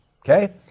okay